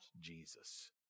Jesus